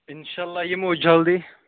اِنشاء اللہ یِمو أسۍ جلدی